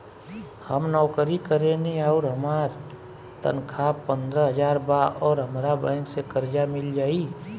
हम नौकरी करेनी आउर हमार तनख़ाह पंद्रह हज़ार बा और हमरा बैंक से कर्जा मिल जायी?